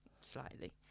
slightly